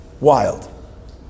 wild